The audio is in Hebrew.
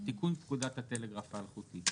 תיקון פקודת הטלגרף האלחוטי.